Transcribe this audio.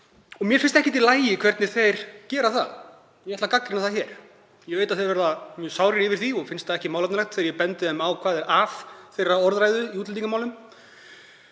Mér finnst það ekkert í lagi hvernig þeir gera það. Ég ætla að gagnrýna það hér. Ég veit að þeir verða mjög sárir yfir því og finnst það ekki málefnalegt þegar ég bendi þeim á hvað sé að orðræðu þeirra í útlendingamálum,